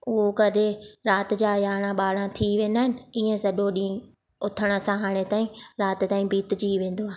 उहो करे राति जा यारहं ॿारहं थी वेंदा आहिनि ईअं सॼो ॾींहुं उथण सां हाणे ताईं राति ताईं बितजी वेंदो आहे